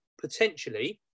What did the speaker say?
potentially